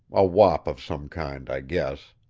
a wop of some kind, i guess.